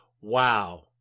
Wow